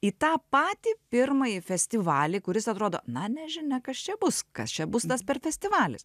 į tą patį pirmąjį festivalį kuris atrodo na nežinia kas čia bus kas čia bus tas per festivalis